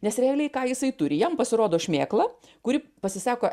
nes realiai ką jisai turi jam pasirodo šmėkla kuri pasisako